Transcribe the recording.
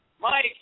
Mike